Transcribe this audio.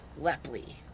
Lepley